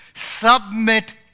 Submit